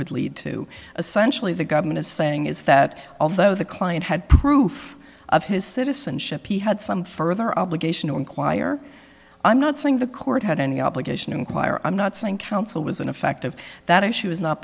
would lead to essential if the government is saying is that although the client had proof of his citizenship he had some further obligation to enquire i'm not saying the court had any obligation to inquire i'm not saying counsel was ineffective that issue is not